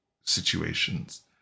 situations